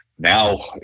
Now